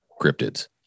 cryptids